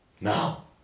Now